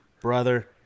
brother